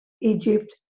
Egypt